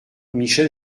michel